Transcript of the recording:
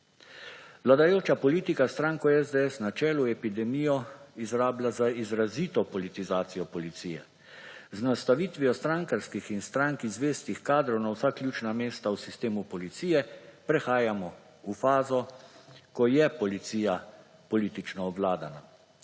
Vladajoča politika, s stranko SDS na čelu, epidemijo izrablja za izrazito politizacijo policije. Z nastavitvijo strankarskih in stranki zvestih kadrov na vsa ključna mesta v sistemu policije prehajamo v fazo, ko je policija politično obvladana.